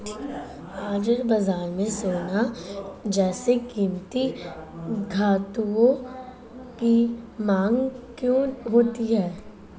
हाजिर बाजार में सोना जैसे कीमती धातुओं की मांग क्यों होती है